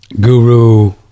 guru